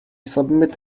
submit